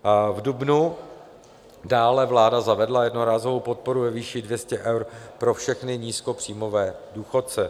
V dubnu dále vláda zavedla jednorázovou podporu ve výši 200 eur pro všechny nízkopříjmové důchodce.